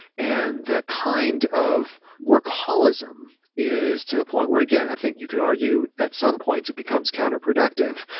and the kind of workaholism is to the point where, again, i think you can argue at some points, it becomes counterproductive.